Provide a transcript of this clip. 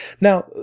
Now